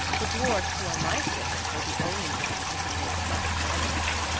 the dwarfs who are my servants are the only ones who can make such wonders.